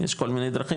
יש כל מיני דרכים,